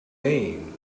maine